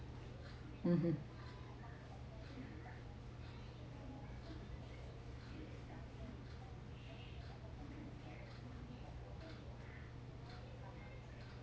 mmhmm